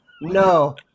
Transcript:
No